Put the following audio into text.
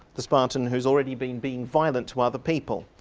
the spartan who's already being being violent to other people.